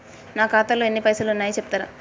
నా ఖాతాలో ఎన్ని పైసలు ఉన్నాయి చెప్తరా?